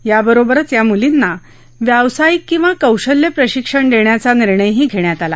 याबरोबरच या मुलींना व्यावसायिक किंवा कौशल्य प्रशिक्षण देण्याचाही निर्णय घेण्यात आला